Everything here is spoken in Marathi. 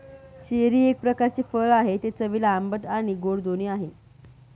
चेरी एक प्रकारचे फळ आहे, ते चवीला आंबट आणि गोड दोन्ही आहे